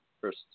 first